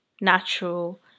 natural